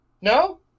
No